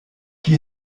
qui